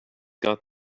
got